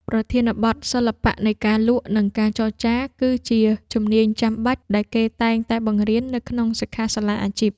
ប្រធានបទ សិល្បៈនៃការលក់ និងការចរចា គឺជាជំនាញចាំបាច់ដែលគេតែងតែបង្រៀននៅក្នុងសិក្ខាសាលាអាជីព។